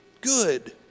good